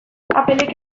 applek